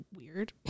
weird